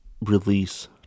release